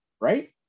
right